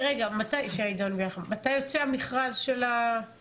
מתי יוצא המכרז של נציב הקבילות הבא?